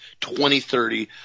2030